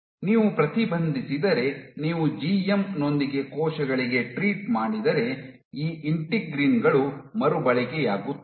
ನೀವು ಪ್ರತಿಬಂಧಿಸಿದರೆ ನೀವು ಜಿಎಂ ನೊಂದಿಗೆ ಕೋಶಗಳಿಗೆ ಟ್ರೀಟ್ ಮಾಡಿದರೆ ಈ ಇಂಟಿಗ್ರೀನ್ ಗಳು ಮರುಬಳಕೆಯಾಗುತ್ತವೆ